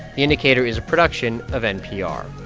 the indicator is a production of npr